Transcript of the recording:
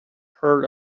heard